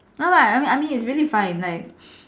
alright I mean I mean it's really fine like